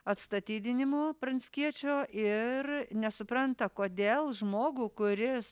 atstatydinimo pranckiečio ir nesupranta kodėl žmogų kuris